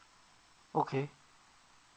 okay